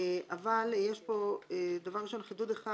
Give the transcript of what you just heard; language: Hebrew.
אבל יש פה חידוד אחד,